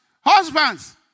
husbands